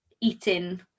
eating